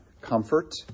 Comfort